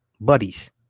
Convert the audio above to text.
buddies